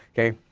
okay,